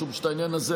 משום שהעניין הזה,